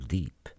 Deep